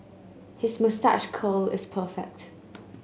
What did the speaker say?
his moustache curl is perfect